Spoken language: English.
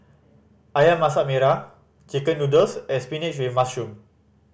Ayam Masak Merah chicken noodles and spinach with mushroom